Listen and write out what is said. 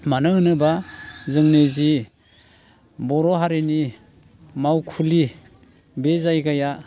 मानो होनोबा जोंनि जि बर' हारिनि मावखुलि बे जायगाया